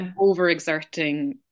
overexerting